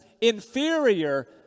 inferior